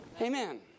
Amen